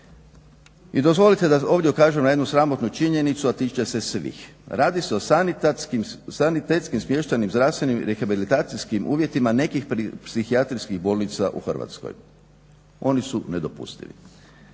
I dozvolite da ovdje ukažem na jednu sramotnu činjenicu, a tiče se svih. Radi se o sanitetskim smještajnim, zdravstvenim i rehabilitacijskim uvjetima nekih psihijatrijskih bolnica u Hrvatskoj. Oni su nedopustivi.